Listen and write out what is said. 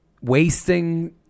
wasting